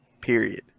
period